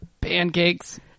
pancakes